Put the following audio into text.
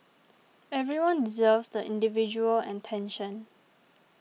everyone deserves the individual attention